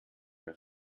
mehr